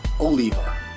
Oliva